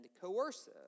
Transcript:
coercive